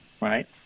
right